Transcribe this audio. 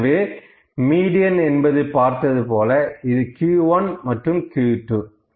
ஏற்கனவே மீடியன் என்பதில் பார்த்தது போல இது Q1 மற்றும் Q2